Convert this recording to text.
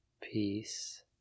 peace